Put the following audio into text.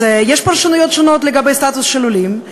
אז יש פרשנויות שונות לגבי הסטטוס של עולים,